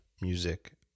music